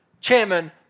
chairman